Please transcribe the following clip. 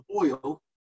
oil